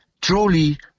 truly